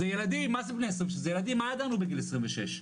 זה ילדים, מה ידענו בגיל 26?